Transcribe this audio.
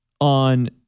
on